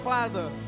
Father